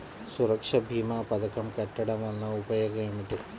సురక్ష భీమా పథకం కట్టడం వలన ఉపయోగం ఏమిటి?